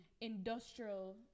industrial